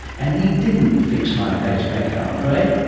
and he didn't fix my pacemaker i'm afraid